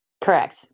Correct